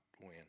win